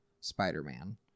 Spider-Man